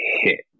hit